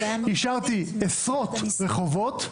אישרתי עשרות רחובות,